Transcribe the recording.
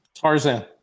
Tarzan